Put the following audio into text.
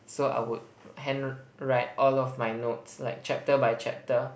so I would hand write all of my notes like chapter by chapter